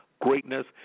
greatness